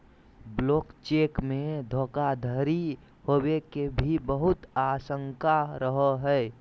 blank cheque मे धोखाधडी होवे के भी बहुत आशंका रहो हय